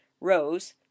rose